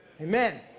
Amen